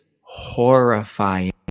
horrifying